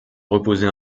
reposer